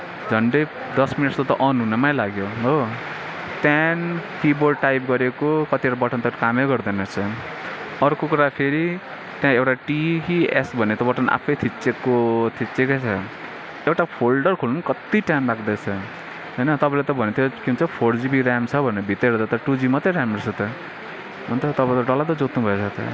झन्डै दस मिनट जस्तो त अन हुनमै लाग्यो हो त्यहाँदेखि किबोड टाइप गरेको कतिवटा बटन त कामै गर्दैन रहेछ अर्को कुरा फेरि त्यहाँ एउटा टी कि एफ भन्ने त बटन आफै थिचिएको थिचिएकै छ एउटा फोल्डर खोल्नु कत्ति टाइम लाग्दोरहेछ होइन तपाईँले त भनेको थियो के भन्छ फोर जिबी रेम छ भनेर भित्र हेर्दा त टु जिबी मात्रै रेम रहेछ त अन्त तपाईँले डल्लै पो जोत्नुभएछ त